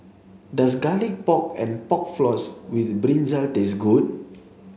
does garlic pork and pork floss with brinjal taste good